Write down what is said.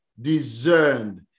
discerned